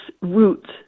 roots